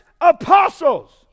apostles